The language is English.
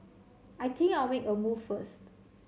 I think I'll make a move first